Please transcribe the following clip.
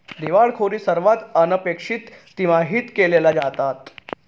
दिवाळखोरी सर्वात अनपेक्षित तिमाहीत ऐकल्या जातात